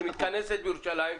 היא מתכנסת בירושלים,